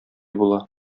була